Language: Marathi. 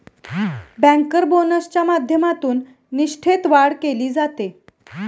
बँकर बोनसच्या माध्यमातून निष्ठेत वाढ केली जाते